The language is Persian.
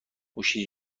موشی